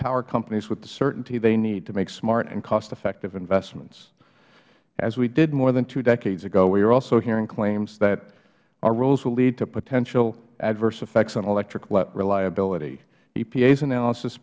power companies with the certainty they need to make smart and costeffective investments as we did more than two decades ago we are also hearing claims that our rules will lead to potential adverse effects on electric reliability epa's analysis